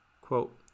Quote